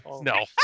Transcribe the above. No